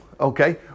Okay